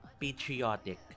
patriotic